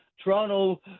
Toronto